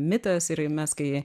mitas ir mes kai